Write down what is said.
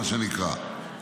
מה שנקרא.